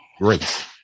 grace